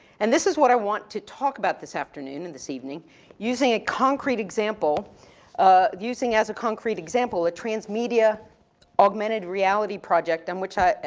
and this is what i want to talk about this afternoon and this evening using a concrete example ah using as a concrete example, a transmedia augmented reality project in which i,